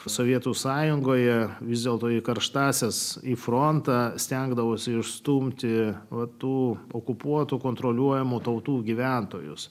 sovietų sąjungoje vis dėlto į karštąsias į frontą stengdavosi išstumti o tų okupuotų kontroliuojamų tautų gyventojus